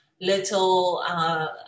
little